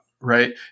Right